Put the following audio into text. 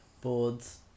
boards